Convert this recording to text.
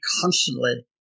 constantly